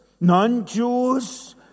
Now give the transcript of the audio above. non-Jews